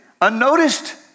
unnoticed